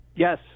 Yes